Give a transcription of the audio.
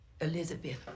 Elizabeth